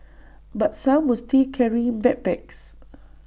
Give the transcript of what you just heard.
but some were still carrying backpacks